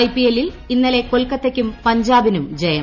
ഐപിഎല്ലിൽ ഇന്നലെ കൊൽക്കത്തയ്ക്കും പഞ്ചാബിനും ജയം